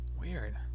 Weird